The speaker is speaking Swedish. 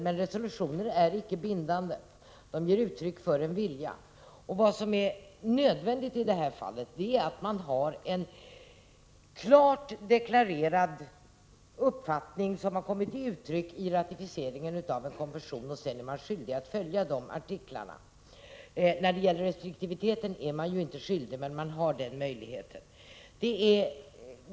Men resolutioner är icke bindande, de ger bara uttryck för en vilja. Vad som är nödvändigt i detta fall är en klart deklarerad uppfattning som kommer till uttryck vid ratificeringen av en konvention. Sedan är man skyldig att följa artiklarna i konventionen. Man är inte skyldig att iaktta restriktivitet, men man har möjlighet att göra det.